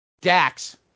Dax